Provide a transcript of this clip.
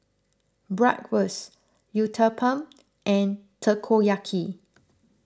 Bratwurst Uthapam and Takoyaki